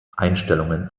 einstellungen